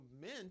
mint